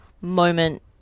moment